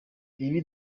ibi